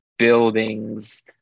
buildings